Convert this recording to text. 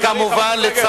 אלו החברים שלך.